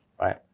right